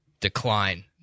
decline